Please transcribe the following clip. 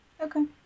Okay